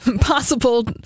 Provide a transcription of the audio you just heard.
possible